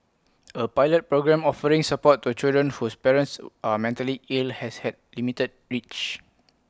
A pilot programme offering support to children whose parents are mentally ill has had limited reach